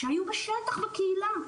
שהיו בשטח בקהילה,